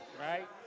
Right